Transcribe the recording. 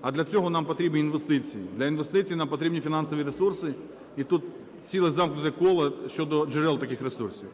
а для цього нам потрібні інвестиції. Для інвестицій нам потрібні фінансові ресурси. І тут ціле замкнуте коло щодо джерел таких ресурсів.